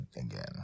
Again